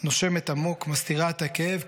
(נושמת עמוק, מסתירה את הכאב.